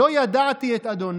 "לא ידעתי את ה',